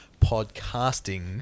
Podcasting